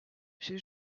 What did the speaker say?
chez